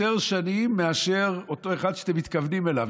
יותר שנים מאשר אותו אחד שאתם מתכוונים אליו,